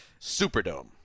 Superdome